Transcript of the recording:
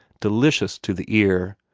delicious to the ear,